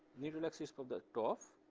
neutral axis from the top,